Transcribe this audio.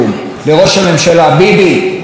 ביבי: צריך מנהיגות.